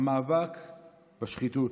המאבק בשחיתות.